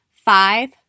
five